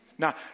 Now